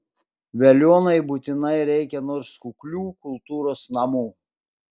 veliuonai būtinai reikia nors kuklių kultūros namų